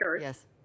Yes